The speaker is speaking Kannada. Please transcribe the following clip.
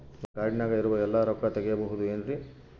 ನನ್ನ ಕಾರ್ಡಿನಾಗ ಇರುವ ಎಲ್ಲಾ ರೊಕ್ಕ ತೆಗೆಯಬಹುದು ಏನ್ರಿ?